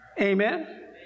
Amen